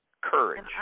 Courage